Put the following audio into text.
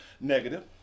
Negative